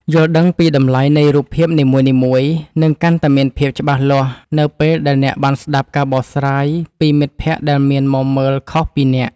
យល់ដឹងពីតម្លៃនៃរូបភាពនីមួយៗនឹងកាន់តែមានភាពច្បាស់លាស់នៅពេលដែលអ្នកបានស្តាប់ការបកស្រាយពីមិត្តភក្តិដែលមានមុំមើលខុសពីអ្នក។